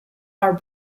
are